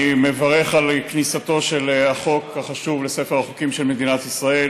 אני מברך על כניסתו של החוק החשוב לספר החוקים של מדינת ישראל,